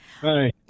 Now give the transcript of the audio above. Hi